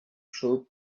soap